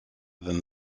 than